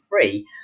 free